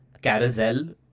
carousel